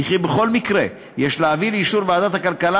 וכי בכל מקרה יש להביא לאישור ועדת הכלכלה,